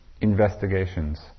investigations